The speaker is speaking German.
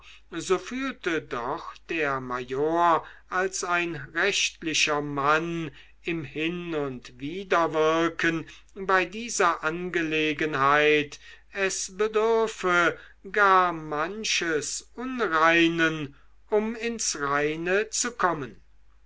so fühlte doch der major als ein rechtlicher mann im hin und widerwirken bei dieser angelegenheit es bedürfe gar manches unreinen um ins reine zu kommen